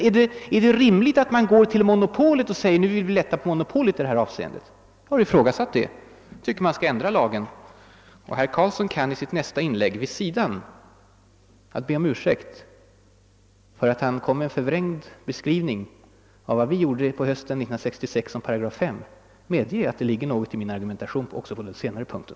Är det rimligt att man skall gå till monopolet och säga att nu vill vi lätta på monopolet i det här avseendet? Jag har ifrågasatt det och tycker att man skall ändra lagen. Herr Carlsson kan 1 sitt nästa inlägg — vid sidan av att han ber om ursäkt för att han kom med en förvrängd beskrivning av vad vi gjorde på hösten 1966 i fråga om 5 8 — medge att det ligger något i mina argument också på den här punkten.